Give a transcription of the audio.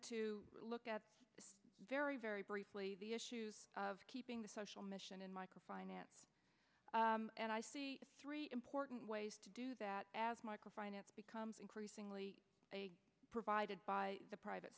to look at the very very briefly the issues of keeping the social mission in micro finance and i see three important ways to do that as micro finance becomes increasingly provided by the private